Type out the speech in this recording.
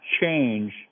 change